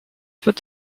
wird